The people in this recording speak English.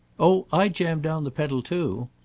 oh i jam down the pedal too!